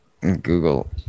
Google